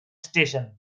station